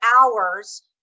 hours